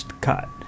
cut